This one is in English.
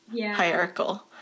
hierarchical